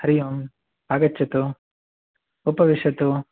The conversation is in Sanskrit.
हरिः ओम् आगच्छतु उपविशतु